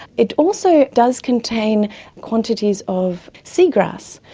it also does contain quantities of seagrass.